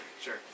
Sure